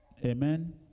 Amen